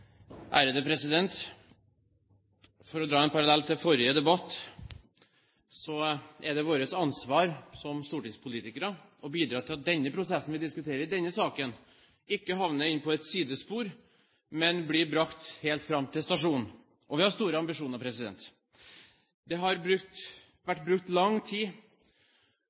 For å dra en parallell til forrige debatt: Det er vårt ansvar som stortingspolitikere å bidra til at den prosessen vi diskuterer i denne saken, ikke havner på et sidespor, men blir brakt helt fram til stasjonen. Vi har store ambisjoner. Det har vært brukt lang tid